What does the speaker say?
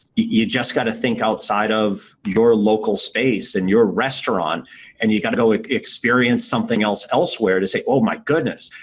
you just got to think outside of your local space in and your restaurant and you got to go experience something else elsewhere to say, oh my goodness.